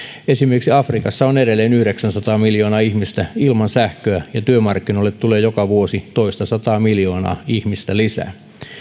esimerkiksi afrikassa on edelleen yhdeksänsataa miljoonaa ihmistä ilman sähköä ja työmarkkinoille tulee joka vuosi toistasataa miljoonaa ihmistä lisää